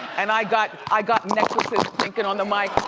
and i got i got necklaces clinkin' on the mic.